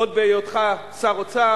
עוד בהיותך שר אוצר,